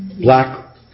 Black